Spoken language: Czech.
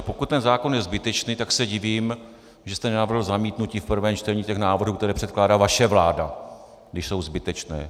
Pokud ten zákon je zbytečný, tak se divím, že jste nenavrhl zamítnutí v prvém čtení těch návrhů, které předkládá vaše vláda, když jsou zbytečné.